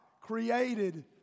created